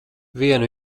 vienu